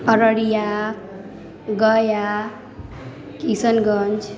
Araria Gaya Kishanganj